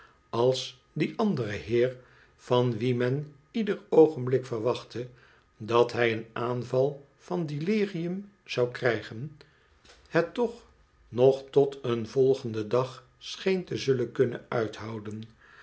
als die andere heer van wien men ieder oogenblik verwachtte dat hij een aanval van delirium zou krijgen het toch nog tot een volgenden dag scheen te zullen kunnen uithouden